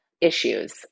issues